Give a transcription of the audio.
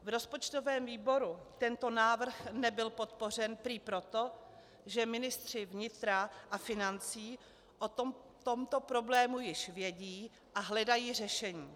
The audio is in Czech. V rozpočtovém výboru tento návrh nebyl podpořen prý proto, že ministři vnitra a financí o tomto problému již vědí a hledají řešení.